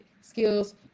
skills